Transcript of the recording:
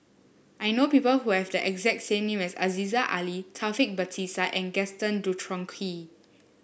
I know people who have the exact same name as Aziza Ali Taufik Batisah and Gaston Dutronquoy